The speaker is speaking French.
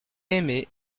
aimé